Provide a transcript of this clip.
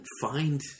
find